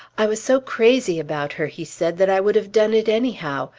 i was so crazy about her, he said, that i would have done it anyhow.